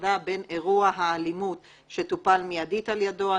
ההפרדה בין אירוע האלימות שטופל מיידית על ידו.